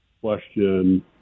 question